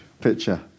picture